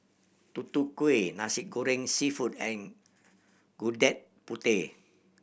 Tutu Kueh Nasi Goreng Seafood and Gudeg Putih